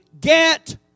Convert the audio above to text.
get